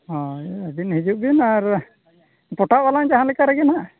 ᱦᱚᱭ ᱟᱵᱤᱱ ᱦᱤᱡᱩᱜᱵᱤᱱ ᱟᱨ ᱯᱚᱴᱟᱣᱚᱜ ᱟᱞᱟᱝ ᱡᱟᱦᱟᱸᱞᱮᱠᱟ ᱨᱮᱜᱮ ᱱᱟᱦᱟᱜ